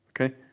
Okay